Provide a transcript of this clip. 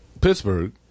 Pittsburgh